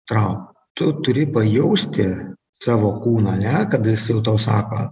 traumų tu turi pajausti savo kūną ane kada jis jau tau sako